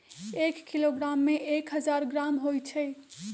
एक किलोग्राम में एक हजार ग्राम होई छई